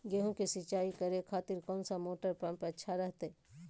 गेहूं के सिंचाई करे खातिर कौन सा मोटर पंप अच्छा रहतय?